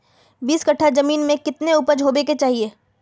बीस कट्ठा जमीन में कितने उपज होबे के चाहिए?